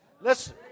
Listen